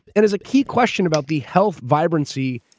and as a key question about the health, vibrancy,